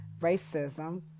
racism